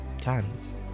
tans